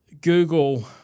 Google